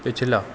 पिछला